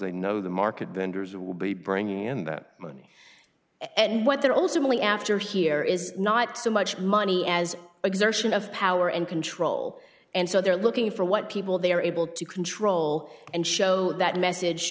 they know the market vendors will be bringing in that money and what they're also really after here is not so much money as exertion of power and control and so they're looking for what people they are able to control and show that message